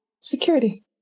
security